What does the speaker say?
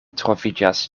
troviĝas